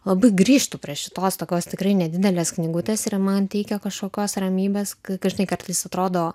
labai grįžtu prie šitos tokios tikrai nedidelės knygutės ir man teikia kažkokios ramybės kai žinai kad vis atrodo